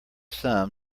sum